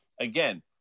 again